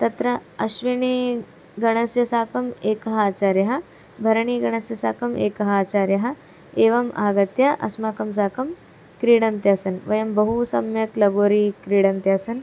तत्र अश्विनी गणस्य साकम् एकः आचार्यः भरणीगणस्य साकम् एकः आचार्यः एवम् आगत्य अस्माकं साकं क्रीडन्त्यासन् वयं बहु सम्यक् लगोरी क्रीडन्त्यासन्